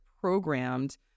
programmed